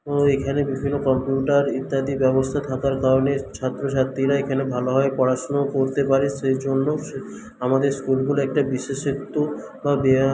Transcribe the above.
এখানে বিভিন্ন কম্পিউটার ইত্যাদি ব্যবস্থা থাকার কারণে ছাত্র ছাত্রীরা এখানে ভালোভাবে পড়াশুনো করতে পারে সেই জন্য আমাদের স্কুলগুলো একটা বিশেষত্ব বা